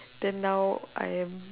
then now I am